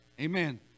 Amen